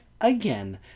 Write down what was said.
again